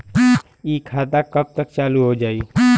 इ खाता कब तक चालू हो जाई?